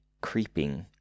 creeping